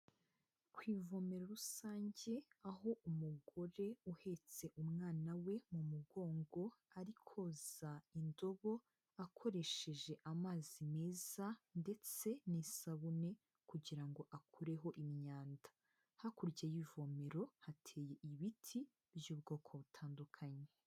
Ku ivomero rusange, aho umugore uhetse umwana we mu mugongo, ari koza indobo, akoresheje amazi meza ndetse n'isabune, kugira ngo akureho imyanda. Hakurya y'ivomero hateye ibiti, by'ubwoko butandukanye.